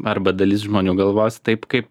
arba dalis žmonių galvos taip kaip